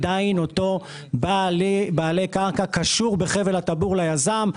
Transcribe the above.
עדיין אותו בעל קרקע קשור בחבל הטבור ליזם,